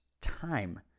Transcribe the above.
Time